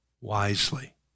wisely